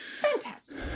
Fantastic